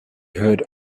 heard